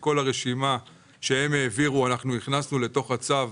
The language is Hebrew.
את כל הרשימה שהם העבירו הכנסנו לתוך הצו,